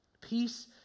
Peace